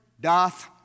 doth